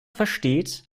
versteht